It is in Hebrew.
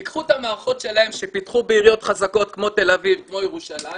ייקחו את המערכות שלהם שפיתחו בעיריות חזקות כמו תל אביב וכמו ירושלים